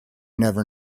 never